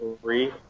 three